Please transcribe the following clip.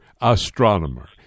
astronomer